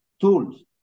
tools